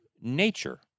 nature